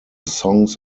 songs